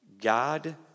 God